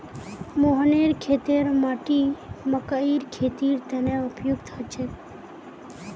मोहनेर खेतेर माटी मकइर खेतीर तने उपयुक्त छेक